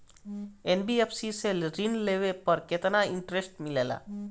NBFC से ऋण लेने पर केतना इंटरेस्ट मिलेला?